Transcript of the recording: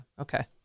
Okay